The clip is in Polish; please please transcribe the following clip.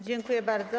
Dziękuję bardzo.